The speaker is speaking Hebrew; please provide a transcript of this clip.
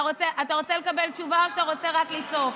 אתה רוצה לקבל תשובה או שאתה רוצה רק לצעוק?